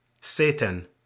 Satan